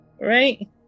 Right